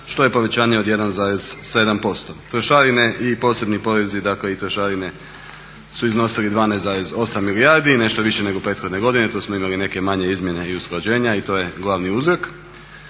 što je povećanje od 1,7%. Trošarine i posebni porezi dakle i trošarine su iznosili 12,8 milijardi nešto više nego prethodne godine. Tu smo imali neke manje izmjene i usklađenja i to je glavni uzrok.